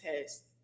test